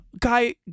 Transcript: Guy